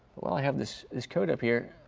while i have this this code up here,